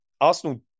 Arsenal